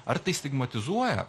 ar tai stigmatizuoja